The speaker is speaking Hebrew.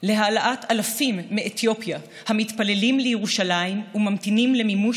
להעלאת אלפים מאתיופיה המתפללים לירושלים וממתינים למימוש